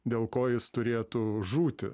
dėl ko jis turėtų žūti